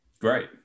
Great